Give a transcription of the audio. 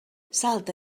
salta